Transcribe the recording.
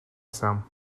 some